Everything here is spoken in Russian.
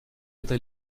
это